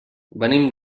venim